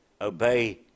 obey